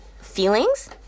feelings